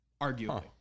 Arguably